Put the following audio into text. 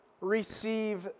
receive